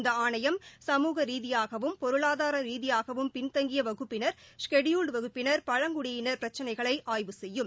இந்த ஆணையம் சமூக ரீதியாகவும் பொருளாதார ரீதியாகவும் பின்தங்கிய வகுப்பினர் ஷெட்பபூல்டு வகுப்பினா் பழங்குடியினா் பிரச்சினைகளை ஆய்வு செய்யும்